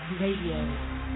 Radio